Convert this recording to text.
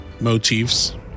motifs